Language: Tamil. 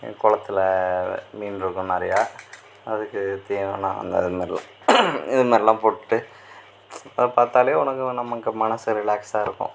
குளத்துல மீன் இருக்கும் நிறையா அதுக்கு தீவனம் அந்த அதுமாரிலாம் இதமாரிலாம் போட்டுட்டு அதை பார்த்தாலே உனக்கு நமக்கு மனசு ரிலாக்ஸாக இருக்கும்